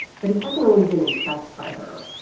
but he hasn't always been impressed by her,